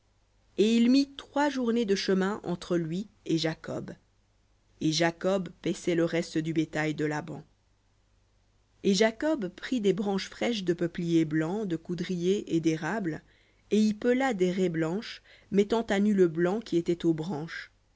et il mit trois journées de chemin entre lui et jacob et jacob paissait le reste du bétail de laban et jacob prit des branches fraîches de peuplier blanc de coudrier et d'érable et y pela des raies blanches mettant à nu le blanc qui était aux branches